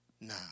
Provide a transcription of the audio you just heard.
now